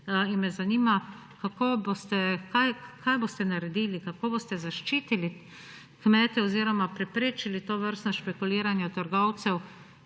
Zanima me: Kaj boste naredili, kako boste zaščitili kmete oziroma preprečili tovrstna špekuliranja trgovcev,